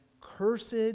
Cursed